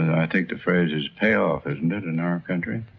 i think the phrase is pay off, isn't it, in our country?